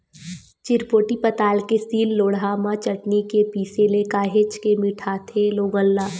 चिरपोटी पताल के सील लोड़हा म चटनी के पिसे ले काहेच के मिठाथे लोगन ला